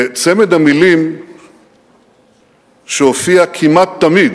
וצמד המלים שהופיע כמעט תמיד